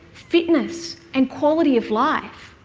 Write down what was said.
fitness and quality of life.